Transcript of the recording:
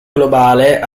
globale